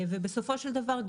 בסופו של דבר,